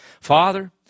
Father